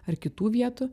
ar kitų vietų